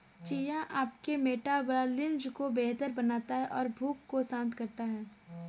chia आपके metabolism को बेहतर बनाता है और भूख को शांत करता है